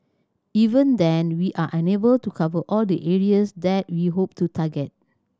even then we are unable to cover all the areas that we hope to target